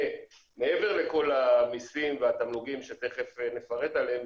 מעבר לכל המסים והתמלוגים שתיכף נפרט עליהם,